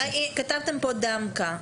כתבתם פה "דמקה".